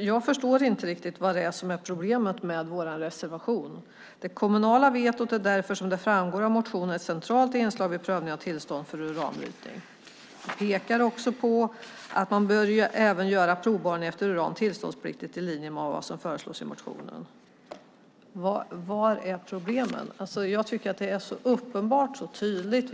Jag förstår inte riktigt vad som är problemet med vår reservation: Det kommunala vetot är därför som det framgår av motionen ett centralt inslag vid prövning av tillstånd för uranbrytning. Vi pekar också på att man även bör göra provborrningar efter uran tillståndspliktiga i linje med vad som föreslås i motionen. Var är problemen? Jag tycker att det är så uppenbart, så tydligt.